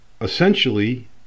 Essentially